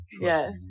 yes